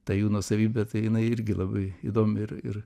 ta jų nuosavybė tai jinai irgi labai įdomi ir ir